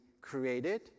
created